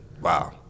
wow